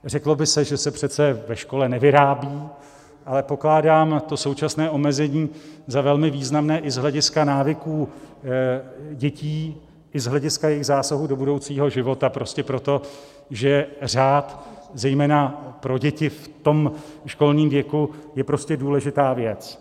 Řeklo by se, že se přece ve škole nevyrábí, ale pokládám to současné omezení za velmi významné i z hlediska návyků dětí, i z hlediska zásahu do jejich budoucího života, prostě proto, že řád zejména pro děti v tom školním věku je prostě důležitá věc.